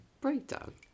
breakdown